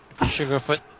Sugarfoot